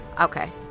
Okay